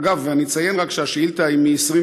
אגב, אני רק אציין שהשאילתה היא מ-6